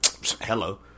Hello